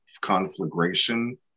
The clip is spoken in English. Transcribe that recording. conflagration